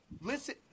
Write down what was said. listen